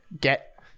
get